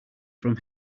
from